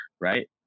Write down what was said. right